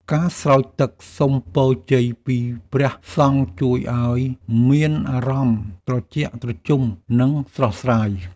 ការស្រោចទឹកសុំពរជ័យពីព្រះសង្ឃ ជួយឱ្យមានអារម្មណ៍ត្រជាក់ត្រជុំ និងស្រស់ស្រាយ។